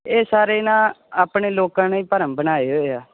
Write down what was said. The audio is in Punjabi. ਇਹ ਸਾਰੇ ਨਾ ਆਪਣੇ ਲੋਕਾਂ ਨੇ ਭਰਮ ਬਣਾਏ ਹੋਏ ਆ